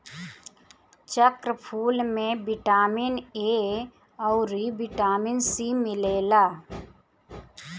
चक्रफूल में vitamin A अउरी बिटामिन सी मिलेला